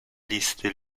listy